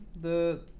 the-